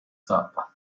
zappa